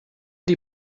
die